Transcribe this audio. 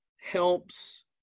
helps